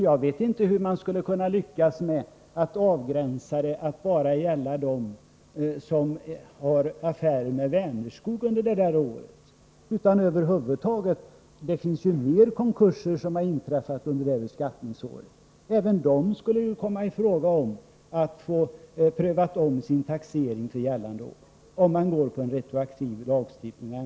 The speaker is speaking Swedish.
Jag vet inte hur man skulle kunna avgränsa, så att det kom att gälla bara dem som har haft affärer med Vänerskog året i fråga. Det har ju inträffat fler konkurser under beskattningsåret. Även dessa skulle ju komma i fråga för omprövning av taxering det året, om man väljer retroaktiv lagstiftning.